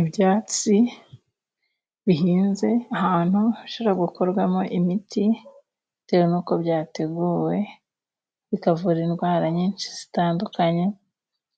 Ibyatsi bihinze ahantu bishobora gukorwamo imiti bitewe n'uko byateguwe, bikavura indwara nyinshi zitandukanye